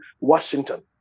Washington